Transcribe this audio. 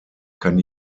kann